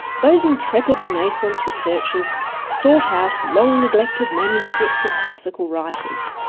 those intrepid renaissance researchers sought out long neglected manuscripts of classical writers,